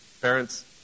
Parents